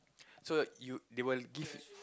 so you they would give